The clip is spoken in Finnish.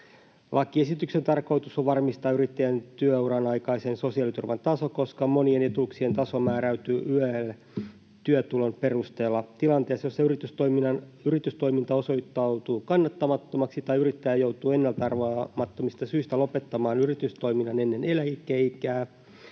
Lakiesityksen tarkoitus on varmistaa yrittäjän työuran aikaisen sosiaaliturvan taso, koska monien etuuksien taso määräytyy YEL-työtulon perusteella tilanteessa, jossa yritystoiminta osoittautuu kannattamattomaksi tai yrittäjä joutuu ennalta-arvaamattomista syistä lopettamaan yritystoiminnan ennen eläkeikää.